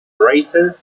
racer